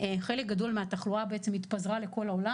חלק גדול מהתחלואה התפזרה לכל העולם